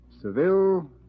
Seville